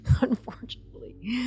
Unfortunately